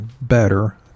better